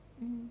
mm